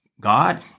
God